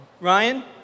Ryan